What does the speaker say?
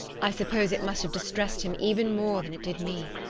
i suppose it must have distressed him even more than it did me.